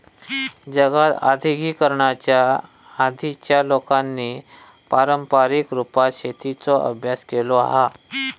जगात आद्यिगिकीकरणाच्या आधीच्या लोकांनी पारंपारीक रुपात शेतीचो अभ्यास केलो हा